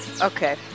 Okay